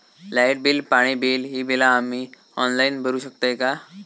Light bill, पाणी bill, ही बिला आम्ही ऑनलाइन भरू शकतय का?